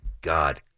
God